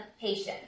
patient